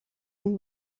اون